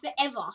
forever